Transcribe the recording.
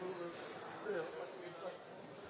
ordet.